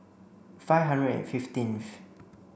five hundred and fifteenth